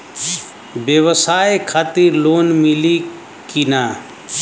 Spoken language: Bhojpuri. ब्यवसाय खातिर लोन मिली कि ना?